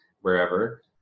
wherever